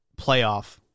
playoff